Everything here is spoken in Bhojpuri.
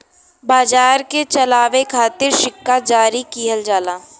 बाजार के चलावे खातिर सिक्का जारी किहल जाला